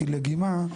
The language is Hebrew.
שהוא לגימה,